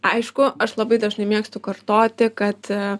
aišku aš labai dažnai mėgstu kartoti kad